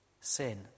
sin